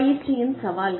பயிற்சியின் சவால்கள்